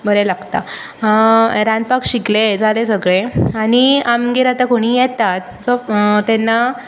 बरें लागता रांदपाक शिकलें हें जालें सगळें आनी आमगेर आतां कोणीय येतात सो तेन्ना